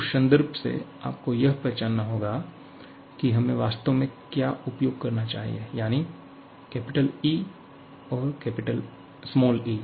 उस संदर्भ से आपको यह पहचानना होगा कि हमें वास्तव में क्या उपयोग करना चाहिए यानी or E या e